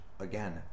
again